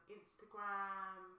Instagram